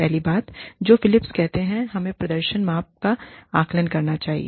पहली बात जो फिलिप्स कहते है हमें प्रदर्शनमाप का आकलन करना चाहिए